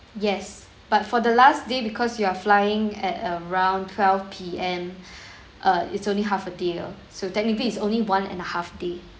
yes but for the last day because you are flying at around twelve P_M uh it's only half a day oh so technically is only one and a half day